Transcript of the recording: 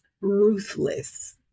ruthless